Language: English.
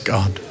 God